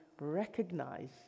recognize